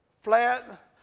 Flat